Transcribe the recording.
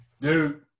dude